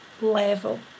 level